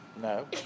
No